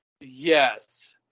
Yes